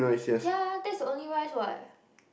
ya that's the only rice what